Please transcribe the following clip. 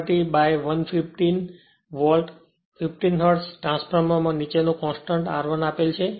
230 by 115 volt 50 hertz ટ્રાન્સફોર્મરમાં નીચેનો constant R 1 આપેલ છે